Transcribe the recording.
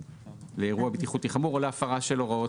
"לאירוע בטיחותי חמור או להפרה של הוראות".